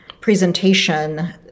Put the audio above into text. presentation